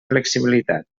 flexibilitat